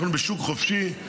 אנחנו בשוק חופשי,